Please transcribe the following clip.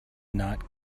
not